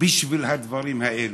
בשביל הדברים האלה?